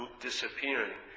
disappearing